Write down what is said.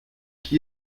qui